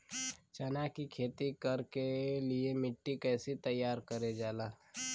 चना की खेती कर के लिए मिट्टी कैसे तैयार करें जाला?